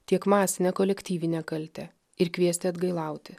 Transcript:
tiek masinę kolektyvinę kaltę ir kviesti atgailauti